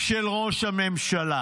של ראש הממשלה.